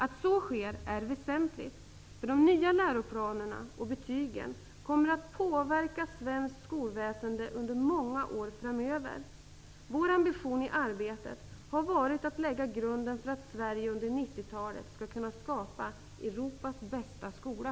Att så sker är väsentligt, därför att de nya läroplanerna och betygen kommer att påverka svenskt skolväsende under många år framöver. Vår ambition i arbetet har varit att lägga grunden för att Sverige under 90-talet skall kunna skapa Europas bästa skola.